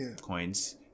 coins